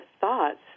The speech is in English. thoughts